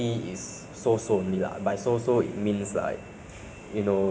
you know to be to be free so everybody can have access to it lah